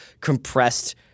compressed